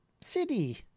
city